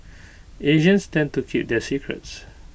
Asians tend to keep their secrets